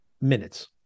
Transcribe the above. minutes